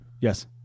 Yes